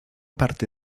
parte